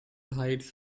heights